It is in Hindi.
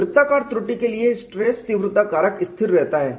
वृत्ताकार त्रुटि के लिए स्ट्रेस तीव्रता कारक स्थिर रहता है